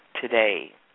today